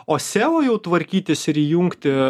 o seo jau tvarkytis ir įjungti